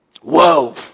Whoa